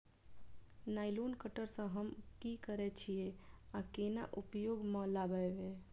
Nylon cutter सँ हम की करै छीयै आ केना उपयोग म लाबबै?